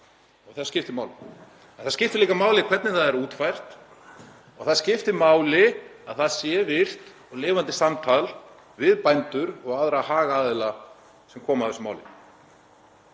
Það skiptir máli. En það skiptir líka máli hvernig það er útfært. Það skiptir máli að það sé virkt og lifandi samtal við bændur og aðra hagaðila sem koma að þessu máli.